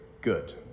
good